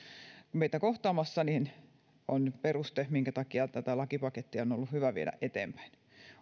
meitä kohtaamassa on peruste minkä takia tätä lakipakettia on on ollut hyvä viedä eteenpäin